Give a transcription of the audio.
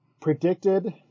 predicted